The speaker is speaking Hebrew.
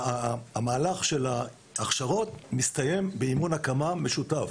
מהלך ההכשרות מסתיים באימון הקמה משותף,